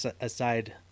aside